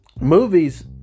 Movies